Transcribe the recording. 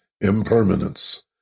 impermanence